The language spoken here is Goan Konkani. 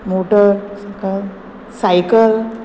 motor cycle cycle